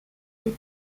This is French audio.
défi